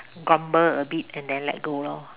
grumble a bit and then let go lor